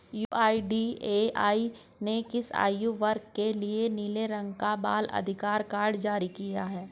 UIDAI ने किस आयु वर्ग के लिए नीले रंग का बाल आधार कार्ड जारी किया है?